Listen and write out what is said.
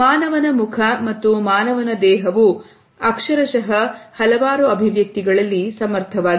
ಮಾನವನ ಮುಖ ಮತ್ತು ಮಾನವನ ದೇಹವು ಅಕ್ಷರಶಹ ಹಲವಾರು ಅಭಿವ್ಯಕ್ತಿಗಳಲ್ಲಿ ಸಮರ್ಥವಾಗಿದೆ